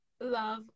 Love